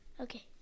Okay